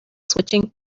switching